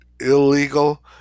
illegal